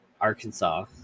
Arkansas